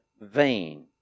vein